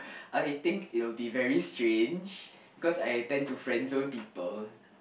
I think it'll be very strange because I tend to friend zone people